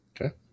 Okay